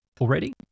already